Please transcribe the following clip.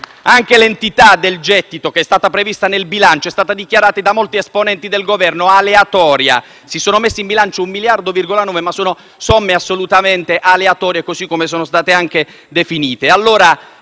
Anche l'entità del gettito che è stata prevista nel bilancio è stata dichiarata aleatoria da molti esponenti del Governo. Si sono iscritti in bilancio 1,9 miliardi di euro, ma sono somme assolutamente aleatorie, così come sono state definite.